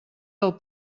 del